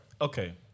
Okay